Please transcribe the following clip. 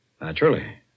Naturally